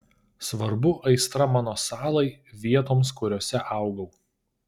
svarbu aistra mano salai vietoms kuriose augau